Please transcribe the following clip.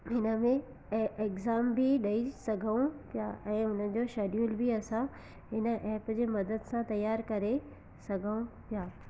हिन में ए एक्ज़ाम बि ॾेई सघूं पिया ऐं हुनजो शेड्यूल बि असां हिन एप जे मदद सां तयार करे सघूं पिया